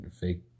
fake